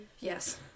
Yes